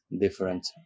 different